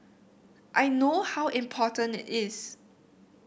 I know how important it is